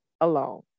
alone